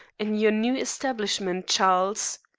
in your new establishment, charles.